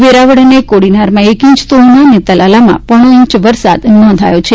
વેરાવળ અને કોડીનારમાં એક ઈંચ તો ઉના અને તલાલામાં પોણો ઈંચ વરસાદ નોંધાયો છે